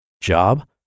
job